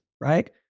right